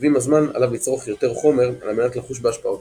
ועם הזמן עליו לצרוך יותר חומר על מנת לחוש בהשפעותיו.